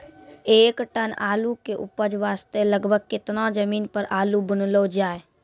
एक टन आलू के उपज वास्ते लगभग केतना जमीन पर आलू बुनलो जाय?